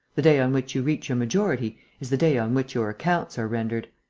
the day on which you reach your majority is the day on which your accounts are rendered.